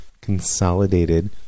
consolidated